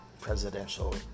presidential